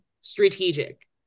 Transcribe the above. strategic